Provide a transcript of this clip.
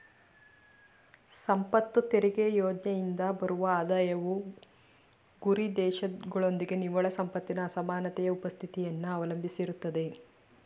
ಸಂಪತ್ತು ತೆರಿಗೆ ಯೋಜ್ನೆಯಿಂದ ಬರುವ ಆದಾಯವು ಗುರಿದೇಶದೊಳಗೆ ನಿವ್ವಳ ಸಂಪತ್ತಿನ ಅಸಮಾನತೆಯ ಉಪಸ್ಥಿತಿಯನ್ನ ಅವಲಂಬಿಸಿರುತ್ತೆ